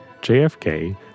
JFK